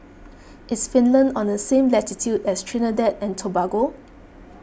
is Finland on the same latitude as Trinidad and Tobago